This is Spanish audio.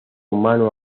mano